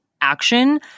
action